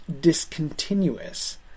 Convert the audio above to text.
discontinuous